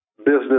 business